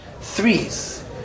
threes